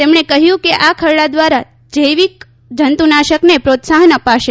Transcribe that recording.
તેમણે કહ્યું કે આ ખરડા દ્વારા જૈવિક જંતુનાશકને પ્રોત્સાહન અપાશે